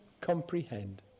comprehend